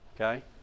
okay